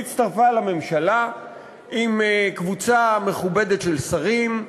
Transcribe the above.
היא הצטרפה לממשלה עם קבוצה מכובדת של שרים,